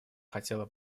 хотела